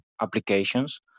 applications